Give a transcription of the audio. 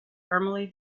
thermally